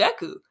Deku